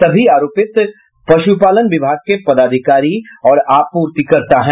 सभी आरोपित पशुपालन विभाग के पदाधिकारी और आपूर्तिकर्ता है